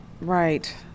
right